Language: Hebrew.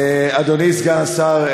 אדוני סגן השר,